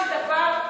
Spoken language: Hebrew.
בסופו של דבר,